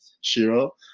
Shiro